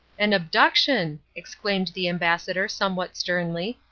an abduction! exclaimed the ambassador somewhat sternly.